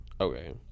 okay